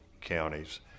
counties